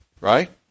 Right